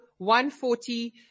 140